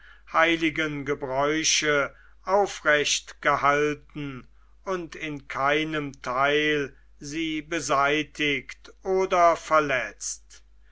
heiligen gebräuche aufrecht gehalten und in keinem teil sie beseitigt oder verletzt